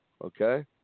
Okay